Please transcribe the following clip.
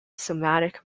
somatic